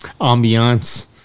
ambiance